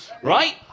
Right